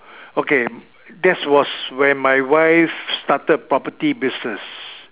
okay that was when my wife started property business